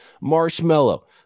marshmallow